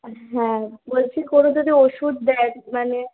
হ্যাঁ বলছি কোনো যদি ওষুধ দেন মানে